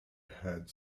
had